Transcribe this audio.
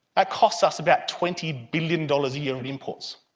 ah costs us about twenty billion dollars a year in imports.